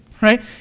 right